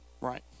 right